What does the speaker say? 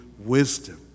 wisdom